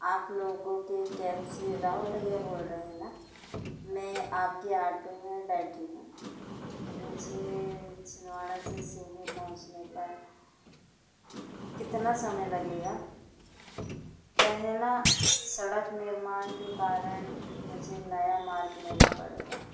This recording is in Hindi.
आप लोगों के कैब से राहुल भैया बोल रहे हैं ना मैं आपके आटो में बैठी हूँ मुझे छिंदवाड़ा से सिवनी पहुँचने पर कितना समय लगेगा क्या है ना सड़क निर्माण के कारण मुझे नया मार्ग लेना पड़ेगा